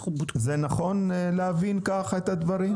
זה נכון להבין ככה את הדברים?